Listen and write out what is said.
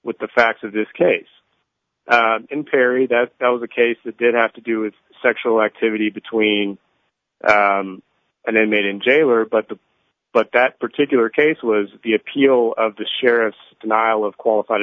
with the facts of this case in perry that that was a case that did have to do with sexual activity between and then made in jail or but the but that particular case was the appeal of the sheriff's denial of qualified